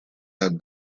have